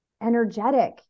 energetic